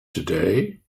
today